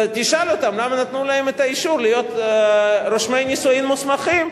תשאל אותם למה נתנו להם את הרשות להיות רושמי נישואים מוסמכים.